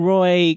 Roy